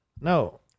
No